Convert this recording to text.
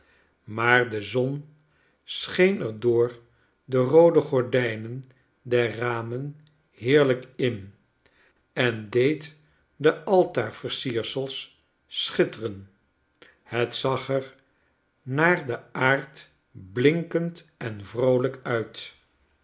maar de zon scheen er door de roode gordijnen der ramen heerlijk in en deed de altaarversiersels schitteren het zag er naar den aard blinkend en vroolijk uit